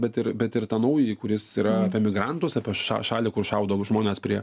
bet ir bet ir tą naująjį kuris yra apie migrantus apie ša šalį kur šaudo žmones prie